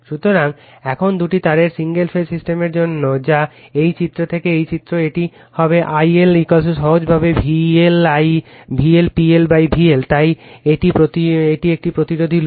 সুতরাং এখন দুটি তারের সিঙ্গেল ফেজ সিস্টেমের জন্য যা এই চিত্র থেকে এটি চিত্র এটি হবে I L সহজভাবে VL PLVL তাই এটি একটি প্রতিরোধী লোড